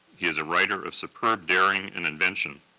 he is a writer of superb daring and invention,